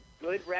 good